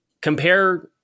compare